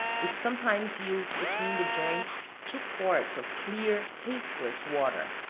which sometimes yields between the joints two quarts of clear, taste-less water.